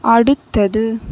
அடுத்தது